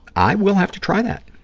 i will have to try that.